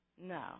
No